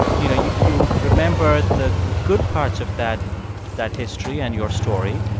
you know, you you remember the good parts of that that history and your story.